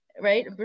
right